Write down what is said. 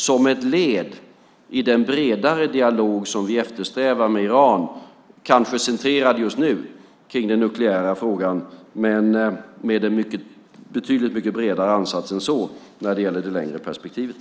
Det är ett led i den bredare dialog som vi eftersträvar med Iran, centrerad just nu kring den nukleära frågan men med en betydligt mycket bredare ansats än så när det gäller det längre perspektivet.